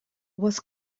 was